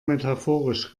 metaphorisch